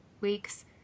weeks